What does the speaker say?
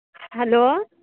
hello